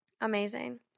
Amazing